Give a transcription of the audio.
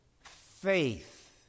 Faith